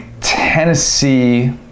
Tennessee